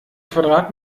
quadrat